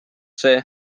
see